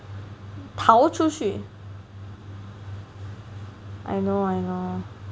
逃出去 I know I know